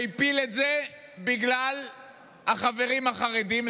והפיל את זה בגלל החברים החרדים,